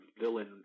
villain